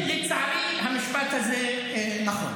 לצערי המשפט הזה נכון.